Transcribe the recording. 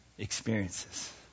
experiences